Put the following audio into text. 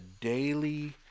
daily